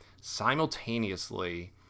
simultaneously